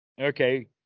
Okay